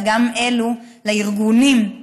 אלא גם למען ארגונים,